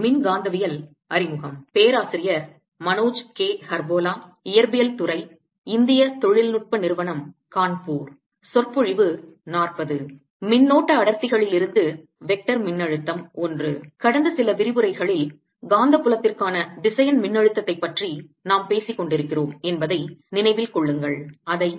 மின்னோட்ட அடர்த்திகளிலிருந்து வெக்டர் மின்னழுத்தம் 1 கடந்த சில விரிவுரைகளில் காந்தப் புலத்திற்கான திசையன் மின்னழுத்தத்தைப் பற்றி நாம் பேசிக் கொண்டிருக்கிறோம் என்பதை நினைவில் கொள்ளுங்கள் அதை